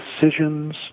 decisions